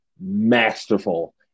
masterful